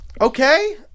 Okay